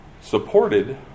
supported